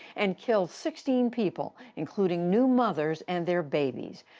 and killed sixteen people, including new mothers and their babies.